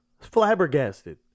Flabbergasted